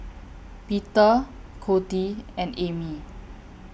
Peter Coty and Amy